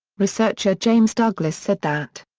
researcher james douglass said that.